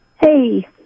hey